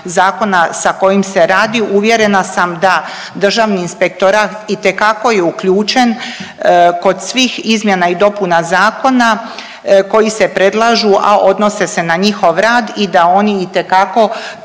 sa kojim se radi. Uvjerena sam da Državni inspektorat itekako je uključen kod svih izmjena i dopuna zakona koji se predlažu, a odnose se na njihov rad i da oni itekako